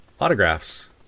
Autographs